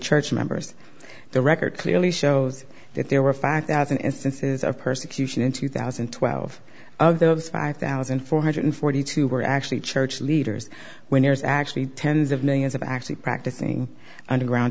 church members the record clearly shows that there were fact that in instances of persecution in two thousand and twelve of those five thousand four hundred and forty two were actually church leaders when there's actually tens of millions of actually practicing underground